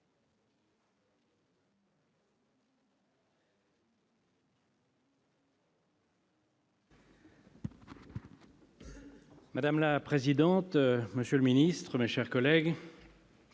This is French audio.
Madame la présidente, monsieur le ministre, mes chers collègues,